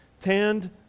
Tanned